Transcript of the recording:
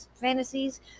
fantasies